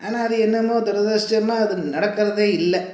ஆனால் அது என்னமோ துருதிஷ்டமாக அது நடக்கிறதே இல்லை